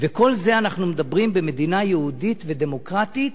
וכל זה אנחנו מדברים במדינה יהודית ודמוקרטית